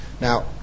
Now